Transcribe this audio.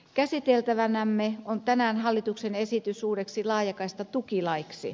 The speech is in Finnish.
käsiteltävänämme on tänään hallituksen esitys uudeksi laajakaistatukilaiksi